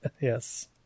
Yes